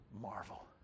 marvel